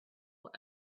were